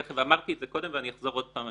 אמרתי את זה קודם ואני אחזור עוד פעם,